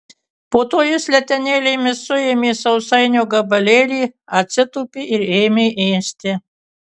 po to jis letenėlėmis suėmė sausainio gabalėlį atsitūpė ir ėmė ėsti